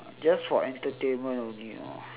just for entertainment only orh